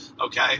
okay